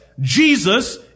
Jesus